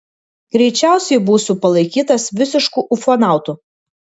greičiausiai būsiu palaikytas visišku ufonautu